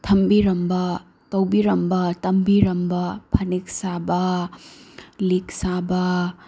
ꯊꯝꯕꯤꯔꯝꯕ ꯇꯧꯕꯤꯔꯝꯕ ꯇꯝꯕꯤꯔꯝꯕ ꯐꯅꯦꯛ ꯁꯥꯕ ꯂꯤꯛ ꯁꯥꯕ